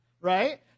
right